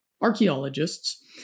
archaeologists